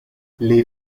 les